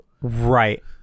right